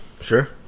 Sure